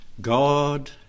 God